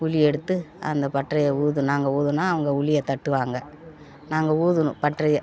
உளி எடுத்து அந்த பட்டறய ஊது நாங்கள் ஊதுனால் அவங்க உளியை தட்டுவாங்கள் நாங்கள் ஊதணும் பட்டறய